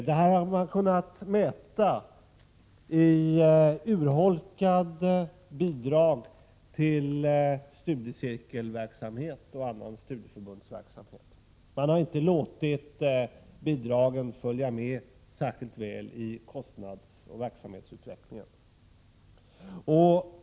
Detta har man kunnat mäta i urholkade bidrag till studiecirkelverksamhet och annan studieförbundsverksamhet. Man har inte låtit bidragen följa med särskilt väl i kostnadsoch verksamhetsutvecklingen.